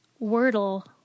Wordle